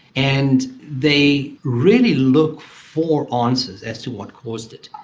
and they really look for ah answers as to what caused it.